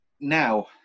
Now